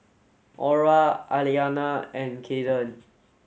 Orah Aliana and Cayden